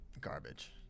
garbage